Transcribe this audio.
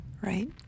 Right